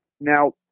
Now